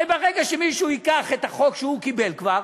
הרי ברגע שמישהו ייקח את החוק שהוא קיבל כבר,